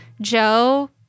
Joe